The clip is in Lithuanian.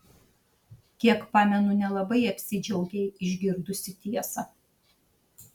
kiek pamenu nelabai apsidžiaugei išgirdusi tiesą